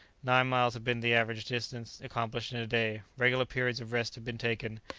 nine miles had been the average distance accomplished in a day regular periods of rest had been taken,